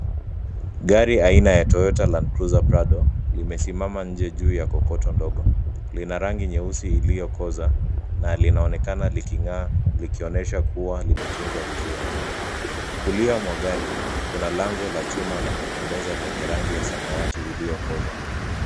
Gari aina ya Toyota Land Cruiser Prado, limesimama nje juu ya kokoto ndogo. Lina rangi nyeusi iliyokoza, na linaonekana likingaa, likionyesha kuwa limetunzwa vizuri. Kulia mwa gari, kuna lango la chuma la kupendeza lenye rangi ya samawati iliyokoza.